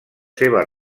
seves